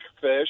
fish